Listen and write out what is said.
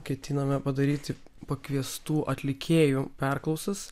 ketiname padaryti pakviestų atlikėjų perklausas